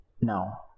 Now